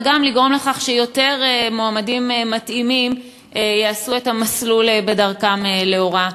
וגם לגרום לכך שיותר מועמדים מתאימים יעשו את המסלול בדרכם להוראה.